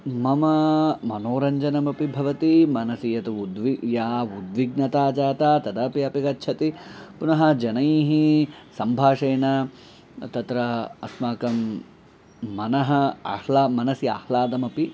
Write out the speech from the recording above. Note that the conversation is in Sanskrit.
मम मनोरञ्जनमपि भवति मनसि यद् उद्वि या उद्विग्नता जाता तदपि अपि गच्छति पुनः जनैः सम्भाषणेन तत्र अस्माकं मनः आह्लादः मनसि आह्लादमपि